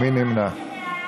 מי נמנע?